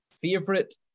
favorite